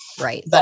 Right